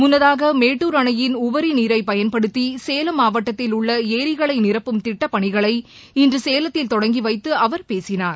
முன்னதாக மேட்டுர் அணையின் உபரி நீரை பயன்படுத்தி சேலம் மாவட்டத்தில் உள்ள ஏரிகளை நிரப்பும் திட்டப் பணிகளை இன்று சேலத்தில் தொடங்கி வைத்து அவர் பேசினார்